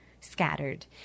scattered